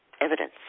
evidence